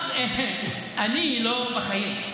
אני לא, בחיים.